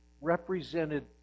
represented